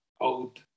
old